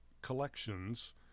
collections